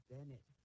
Bennett